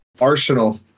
arsenal